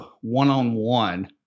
one-on-one